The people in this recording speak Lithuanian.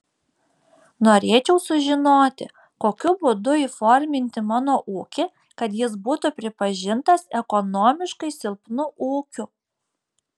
norėčiau sužinoti kokiu būdu įforminti mano ūkį kad jis būtų pripažintas ekonomiškai silpnu ūkiu